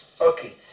Okay